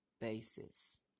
basis